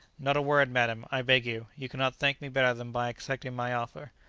not a word, madam, i beg you. you cannot thank me better than by accepting my offer.